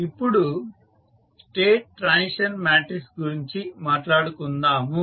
ఇపుడు state transition matrix గురించి మాట్లాడుకుందాము